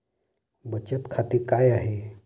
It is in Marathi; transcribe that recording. बचत खाते काय आहे?